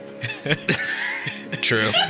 true